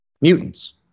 mutants